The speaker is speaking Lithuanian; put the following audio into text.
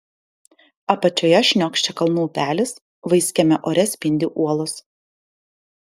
apačioje šniokščia kalnų upelis vaiskiame ore spindi uolos